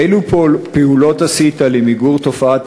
1. אילו פעולות עשית למיגור תופעת